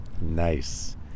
nice